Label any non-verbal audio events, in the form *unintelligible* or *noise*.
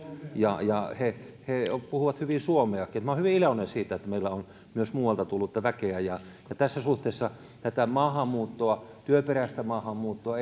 ja ja he he puhuvat hyvin suomeakin minä olen hyvin iloinen siitä että meillä on myös muualta tullutta väkeä tässä suhteessa tätä maahanmuuttoa työperäistä maahanmuuttoa *unintelligible*